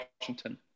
Washington